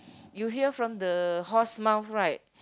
you hear from the horse mouth right